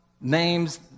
names